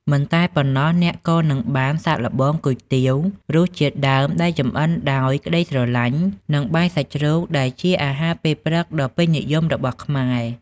មិនតែប៉ុណ្ណោះ អ្នកក៏នឹងបានសាកល្បង គុយទាវ រសជាតិដើមដែលចម្អិនដោយក្ដីស្រឡាញ់ និង បាយសាច់ជ្រូក ដែលជាអាហារពេលព្រឹកដ៏ពេញនិយមរបស់ខ្មែរ។